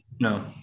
No